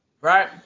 right